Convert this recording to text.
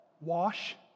Wash